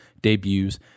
debuts